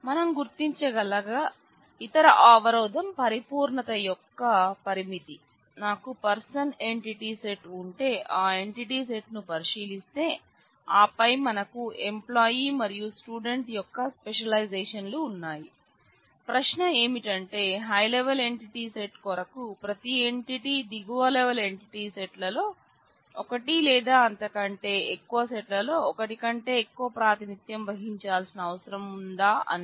మనం గుర్తించగల ఇతర అవరోధం ఉంటే ఆ ఎంటీటీ సెట్ ను పరిశీలిస్తే ఆపై మనకు ఎంప్లాయి మరియు స్టూడెంట్ యొక్క స్పెషలైజేషన్ లు ఉన్నాయి ప్రశ్న ఏమిటంటే హైలెవల్ ఎంటిటీ సెట్ కొరకు ప్రతి ఎంటిటీ దిగువ లెవల్ ఎంటిటీ సెట్ ల్లో ఒకటి లేదా అంతకంటే ఎక్కువ సెట్ ల్లో ఒకటి కంటే ఎక్కువ ప్రాతినిధ్యం వహించాల్సిన అవసరం ఉందా అని